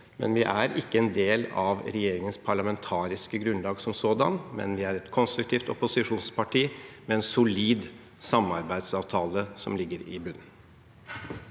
Vi er ikke en del av regjeringens parlamentariske grunnlag som sådan, men vi er et konstruktivt opposisjonsparti med en solid samarbeidsavtale som ligger i bunn.